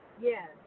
yes